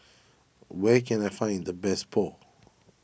where can I find the best Pho